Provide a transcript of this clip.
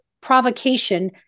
provocation